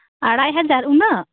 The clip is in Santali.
ᱟᱲᱟᱭ ᱦᱟᱡᱟᱨ ᱩᱱᱟᱹᱜ